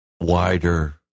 wider